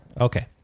Okay